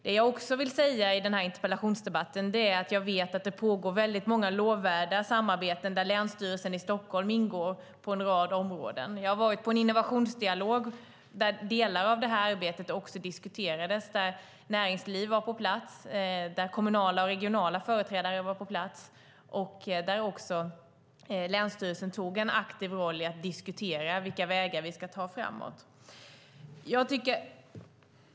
Det jag också vill säga i denna interpellationsdebatt är att jag vet att det pågår väldigt många lovvärda samarbeten där Länsstyrelsen i Stockholm ingår på en rad områden. Jag har varit på en innovationsdialog där delar av detta arbete också diskuterades. Näringsliv var på plats, kommunala och regionala företrädare var på plats och länsstyrelsen tog en aktiv roll i att diskutera vilka vägar vi ska ta framåt.